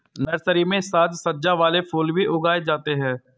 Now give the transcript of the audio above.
nursery में साज सज्जा वाले फूल भी उगाए जाते हैं